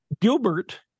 Gilbert